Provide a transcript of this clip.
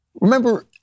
remember